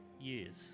years